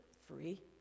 free